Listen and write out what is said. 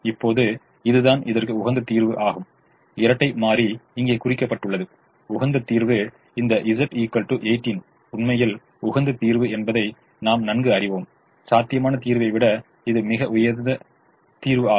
இப்போது இதுதான் இதற்கு உகந்த தீர்வு ஆகும் இரட்டை மாறி இங்கே குறிக்கப்பட்டுள்ளது உகந்த தீர்வு இந்த Z 18 உண்மையில் உகந்த தீர்வு என்பதை நாம் நன்கு அறிவோம் சாத்தியமான தீர்வை விட இது மிக உகந்த தீர்வு ஆகும்